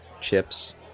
chips